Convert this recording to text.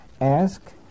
Ask